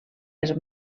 els